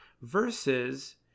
versus